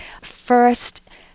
first